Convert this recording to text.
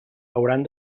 hauran